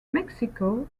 mexico